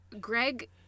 Greg